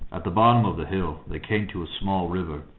at the bottom of the hill they came to a small river,